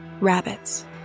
Rabbits